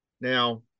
Now